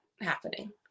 happening